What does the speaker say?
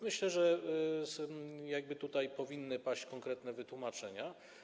Myślę, że tutaj powinny paść konkretne wytłumaczenia.